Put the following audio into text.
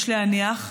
יש להניח.